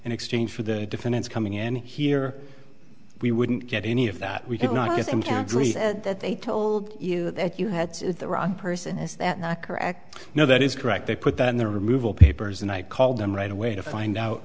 an exchange for the defendants coming in here we wouldn't get any of that we could not get them to address that they told you that you had the wrong person is that not correct no that is correct they put that in their removal papers and i called them right away to find out